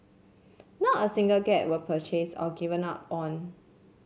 not a single cat was purchased or given up on